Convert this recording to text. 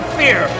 fear